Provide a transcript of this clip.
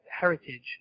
heritage